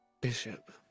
bishop